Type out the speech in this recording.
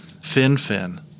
FinFin